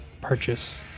purchase